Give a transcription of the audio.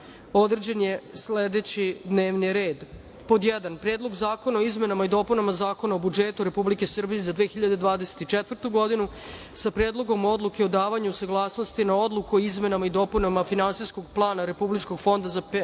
određen je sledećiD n e v n i r e d1. Predlog zakona o izmenama i dopunama Zakona o budžetu Republike Srbije za 2024. godinu, sa Predlogom odluke o davanju saglasnosti na Odluku o izmenama i dopunama Finansijskog plana Republičkog fonda za